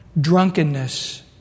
Drunkenness